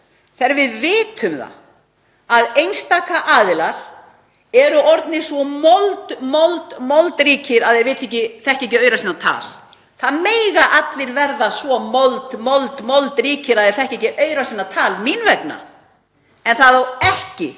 þegar við vitum að einstaka aðilar eru orðnir svo moldríkir að þeir vita ekki aura sinna tal. Það mega allir verða svo moldríkir að þeir þekki ekki aura sinna tal mín vegna, en það á ekki